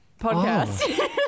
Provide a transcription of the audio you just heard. Podcast